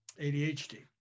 ADHD